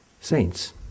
Saints